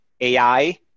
AI